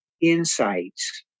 insights